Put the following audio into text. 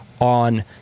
on